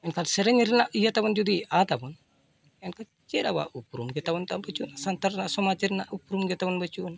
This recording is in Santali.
ᱮᱱᱠᱷᱟᱱ ᱥᱮᱨᱮᱧ ᱨᱮᱱᱟᱜ ᱤᱭᱟᱹᱛᱟᱵᱚᱱ ᱡᱩᱫᱤ ᱟᱫᱟᱵᱚᱱ ᱮᱱᱠᱷᱟᱱ ᱪᱮᱫ ᱟᱵᱚᱣᱟᱜ ᱩᱯᱨᱩᱢ ᱜᱮᱛᱟᱵᱚᱱ ᱵᱟᱹᱱᱩᱜ ᱟᱱᱟ ᱥᱟᱶᱛᱟ ᱨᱮᱱᱟᱜ ᱥᱚᱢᱟᱡᱽ ᱨᱮᱱᱟᱜ ᱩᱯᱨᱩᱢ ᱜᱮᱛᱟᱵᱚᱱ ᱵᱟᱹᱱᱩᱜ ᱟᱱᱟ